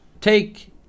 Take